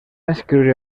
escriure